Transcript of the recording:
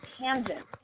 tangent